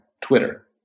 twitter